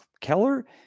Keller